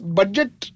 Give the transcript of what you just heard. budget